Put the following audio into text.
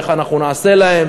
ואיך אנחנו נעשה להם,